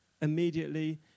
immediately